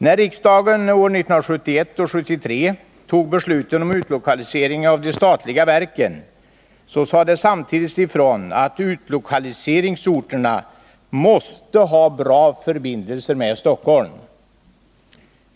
När riksdagen 1971 och 1973 fattade beslut om utlokaliseringar av de statliga verken sades samtidigt ifrån att utlokaliseringsorterna måste ha bra förbindelser med Stockholm.